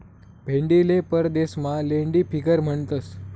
भेंडीले परदेसमा lady finger म्हणतंस